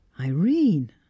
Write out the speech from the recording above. Irene